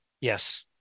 Yes